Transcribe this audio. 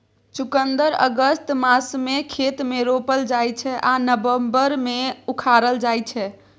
चुकंदर अगस्त मासमे खेत मे रोपल जाइ छै आ नबंबर मे उखारल जाइ छै